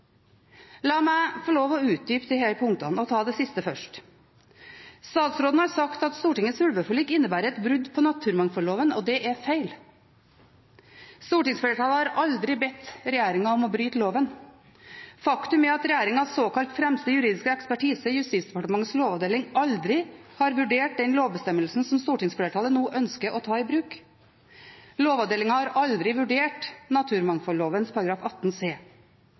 La meg få lov å utdype disse punktene og ta det siste først. Statsråden har sagt at Stortingets ulveforlik innebærer et brudd på naturmangfoldloven. Det er feil. Stortingsflertallet har aldri bedt regjeringen om å bryte loven. Faktum er at regjeringens såkalt fremste juridiske ekspertise, Justisdepartementets lovavdeling, aldri har vurdert den lovbestemmelsen som stortingsflertallet nå ønsker å ta i bruk. Lovavdelingen har aldri vurdert naturmangfoldloven § 18 c.